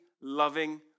loving